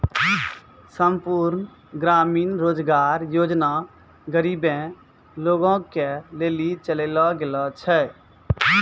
संपूर्ण ग्रामीण रोजगार योजना गरीबे लोगो के लेली चलैलो गेलो छै